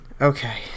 Okay